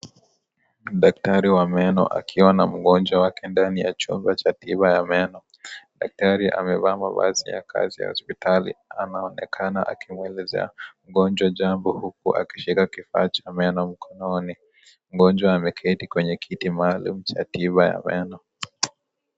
Daktari wa meno akiwa na mgonjwa wake ndani ya chumba cha tiba ya meno. Daktari amevaa mavazi ya kazi ya hospitali, anaonekana akimweleza mgonjwa jambo huku akishika kifaa cha meno mkononi . Mgonjwa ameketi kwenye kiti maalum cha tiba ya meno.